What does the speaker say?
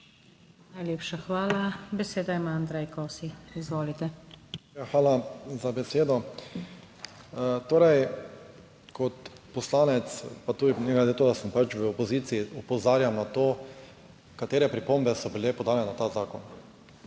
Najlepša hvala. Besedo ima Andrej Kosi. Izvolite. ANDREJ KOSI (PS SDS): Hvala za besedo. Torej, kot poslanec, pa ne glede na to, da sem pač v opoziciji, opozarjam na to, katere pripombe so bile podane na ta zakon.